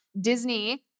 Disney